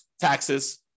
taxes